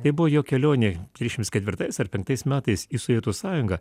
tai buvo jo kelionė trisdešims ketvirtais ar penktais metais į sovietų sąjungą